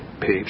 Page